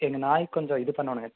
எங்கள் நாய்க்கு கொஞ்சம் இது பண்ணணுங்க